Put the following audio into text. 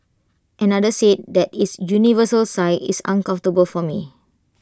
another said that its universal size is uncomfortable for me